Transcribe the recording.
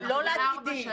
לא לעתידי.